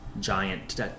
giant